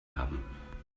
haben